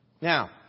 Now